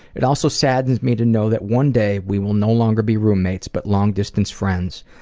it also saddens me to know that one day we will no longer be roommates but long-distance friends.